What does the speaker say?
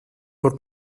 por